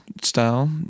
style